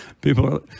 People